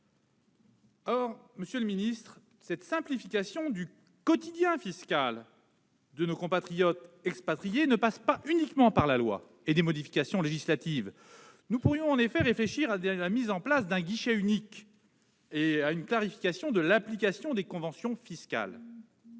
gaz fiscale ! Or la simplification du quotidien fiscal de nos compatriotes expatriés ne passe pas uniquement par des modifications législatives. Nous pourrions en effet réfléchir à la mise en place d'un guichet unique et à une clarification de l'application des conventions fiscales.